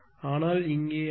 ஆனால் இங்கே அது 7397